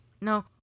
No